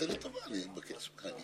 איננה נכונה.